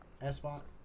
S-Bot